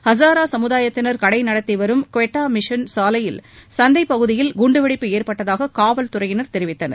ஹசாரா சமூதாயத்தினர் கடை நடத்திவரும் க்வெட்டா மிஷன் சாலை சந்தைப்பகுதியில் குண்டுவெடிப்பு ஏற்பட்டதாக காவல்துறையினர் தெரிவித்தனர்